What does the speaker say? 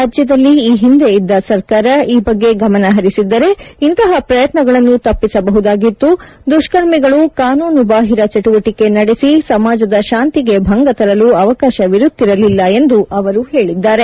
ರಾಜ್ಯದಲ್ಲಿ ಈ ಹಿಂದೆ ಇದ್ದ ಸರ್ಕಾರ ಈ ಬಗ್ಗೆ ಗಮನಹರಿಸಿದ್ದರೆ ಇಂತಹ ಪ್ರಯತ್ನಗಳನ್ನು ತಪ್ಪಿಸಬಹುದಾಗಿತ್ತು ದುಷ್ಕರ್ಮಿಗಳು ಕಾನೂನುಬಾಹಿರ ಚಟುವಟಿಕೆ ನಡೆಸಿ ಸಮಾಜದ ಶಾಂತಿಗೆ ಭಂಗತರಲು ಅವಕಾಶವಿರುತ್ತಿರಲಿಲ್ಲ ಎಂದು ಅವರು ಹೇಳಿದ್ದಾರೆ